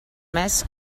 més